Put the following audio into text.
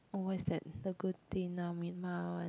what's that the Gudetama [one]